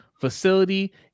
facility